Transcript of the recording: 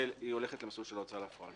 והיא הולכת למסלול של ההוצאה לפועל.